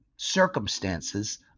circumstances